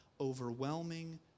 overwhelming